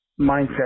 mindset